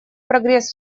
прогресс